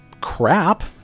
crap